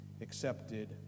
accepted